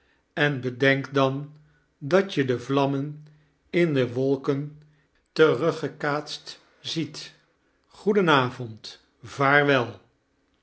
en bedenk dan dat je de vlammen in de wolken teruggekaatst ziet goeden avond vaarwel